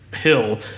hill